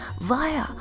via